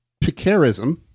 picarism